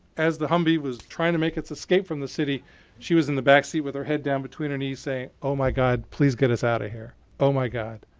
as the humvee was trying to make its escape from the city she was in the backseat with her head down between her knees saying, oh, my god. please get us out of here. oh, my god.